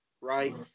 right